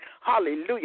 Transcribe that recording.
Hallelujah